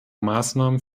maßnahmen